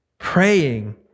Praying